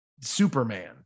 Superman